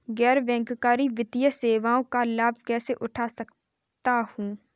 गैर बैंककारी वित्तीय सेवाओं का लाभ कैसे उठा सकता हूँ?